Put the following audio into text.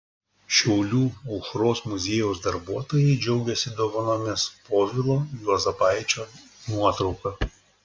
šiaulių aušros muziejaus darbuotojai džiaugiasi dovanomis povilo juozapaičio nuotrauka